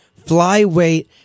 flyweight